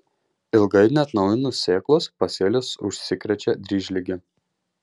ilgai neatnaujinus sėklos pasėlis užsikrečia dryžlige